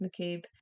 McCabe